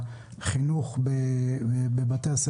ב-א-ב ואחת ב-ה.